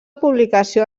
publicació